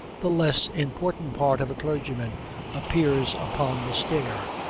the less important part of a clergyman appears upon the stair.